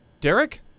Derek